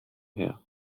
her